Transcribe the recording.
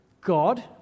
God